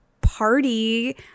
party